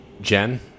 Jen